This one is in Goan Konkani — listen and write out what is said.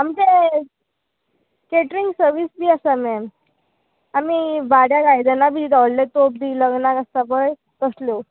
आमचे कॅटरिंग सर्वीस बी आसा मॅम आमी वाड्याक आयदनां बी रावल्ले तोप बी लग्नाक आसता पळय तसल्यो